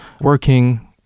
working